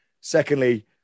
secondly